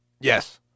Yes